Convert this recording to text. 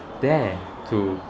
dare to